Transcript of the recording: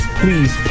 please